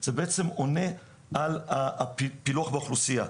זה בעצם עונה על הפילוח באוכלוסייה.